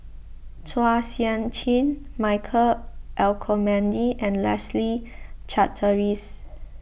Chua Sian Chin Michael Olcomendy and Leslie Charteris